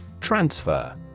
Transfer